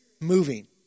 moving